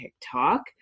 TikTok